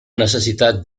necessitat